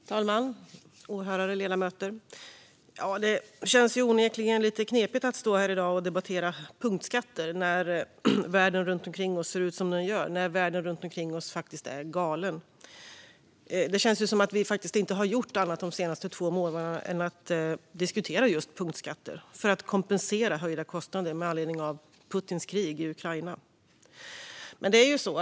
Fru talman, åhörare och ledamöter! Det känns onekligen lite knepigt att stå här i dag och debattera punktskatter när världen runt omkring oss ser ut som den gör - när världen runt omkring oss faktiskt är galen. Det känns som att vi inte har gjort annat de senaste två månaderna än att diskutera just punktskatter för att kompensera höjda kostnader med anledning av Putins krig i Ukraina.